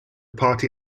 party